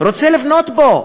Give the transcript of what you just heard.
רוצה לבנות בו,